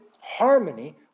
harmony